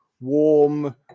warm